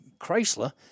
Chrysler